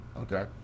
okay